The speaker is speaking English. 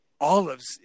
olives